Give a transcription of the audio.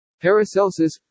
Paracelsus